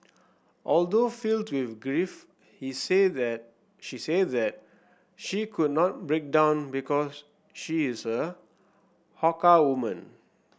although filled with grief he said that she said that she could not break down because she is a Hakka woman